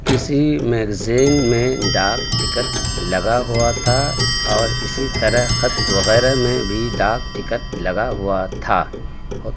کسی میگزین میں ڈاک ٹکٹ لگا ہوا تھا اور اسی طرح خط وغیرہ میں بھی ڈاک ٹکٹ لگا ہوا تھا